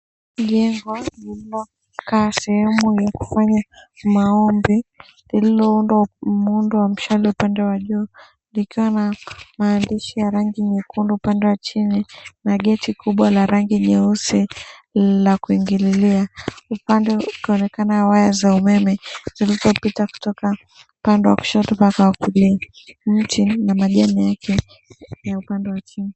Jengo lililokaa sehemu ya kufanya maombi, lililoundwa muundo wa mshale upande wa juu likiwa na maandishi ya rangi nyekundu upande wa chini na geti kubwa la rangi nyeusi la kuingililia. Upande ukionekana waya za umeme zilizopita kutoka upande wa kushoto mpaka wa kulia. Miti ina majani yake ya upande wa chini.